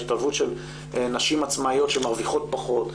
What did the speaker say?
השתלבות של נשים עצמאיות שמרוויחות פחות.